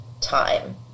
time